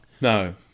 No